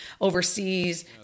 overseas